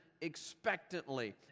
expectantly